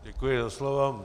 Děkuji za slovo.